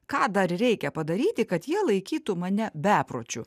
ką dar reikia padaryti kad jie laikytų mane bepročiu